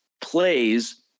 plays